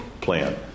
plan